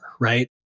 right